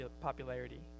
popularity